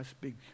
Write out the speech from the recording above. big